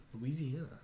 Louisiana